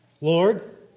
Lord